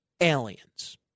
aliens